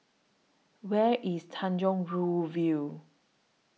Where IS Tanjong Rhu View